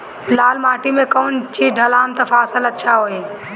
लाल माटी मे कौन चिज ढालाम त फासल अच्छा होई?